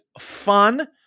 fun